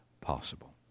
possible